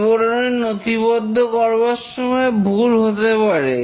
বিবরণী নথিবদ্ধ করবার সময় ভুল হতে পারে